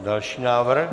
Další návrh.